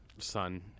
son